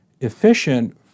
efficient